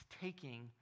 taking